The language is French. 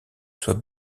soit